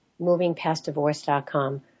Movingpastdivorce.com